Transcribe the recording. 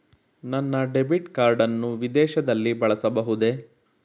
ನನ್ನ debit card ಅನ್ನು ವಿದೇಶದಲ್ಲಿ ಬಳಸಬಹುದೇ?